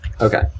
Okay